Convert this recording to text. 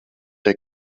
der